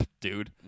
dude